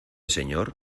señor